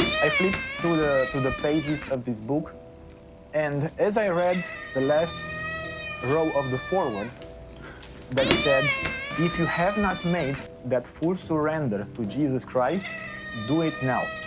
i flipped through the through the pages of this book and as i read the last row of the forward that said if you have not made that full surrender to jesus christ do it now.